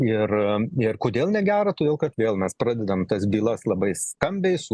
ir kodėl negera todėl kad vėl mes pradedam tas bylas labai skambiai su